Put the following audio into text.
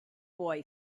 boy